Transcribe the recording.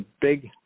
big